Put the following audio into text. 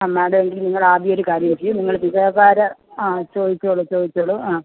എന്നാലും എനിക്ക് നിങ്ങൾ ആദ്യം ഒരു കാര്യം ചെയ്യ് നിങ്ങൾ ആ ചോദിച്ചോളൂ ചോദിച്ചോളൂ ആ